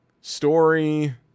story